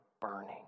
burning